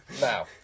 Now